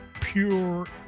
pure